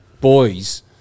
boys